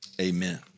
amen